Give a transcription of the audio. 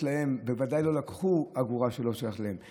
להם וודאי לא לקחו אגורה שלא שייכת להם.